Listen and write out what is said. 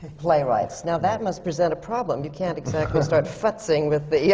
playwrights. now, that must present a problem. you can't exactly start futzing with the yeah